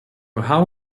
how